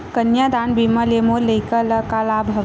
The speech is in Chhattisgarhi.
कन्यादान बीमा ले मोर लइका ल का लाभ हवय?